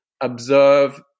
observe